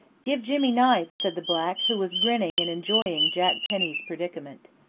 give jimmy knife, said the black, who was grinning and enjoying jack penny's predicament.